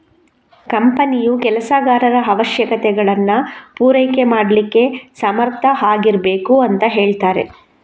ಕಂಪನಿಯು ಕೆಲಸಗಾರರ ಅವಶ್ಯಕತೆಗಳನ್ನ ಪೂರೈಕೆ ಮಾಡ್ಲಿಕ್ಕೆ ಸಮರ್ಥ ಆಗಿರ್ಬೇಕು ಅಂತ ಹೇಳ್ತಾರೆ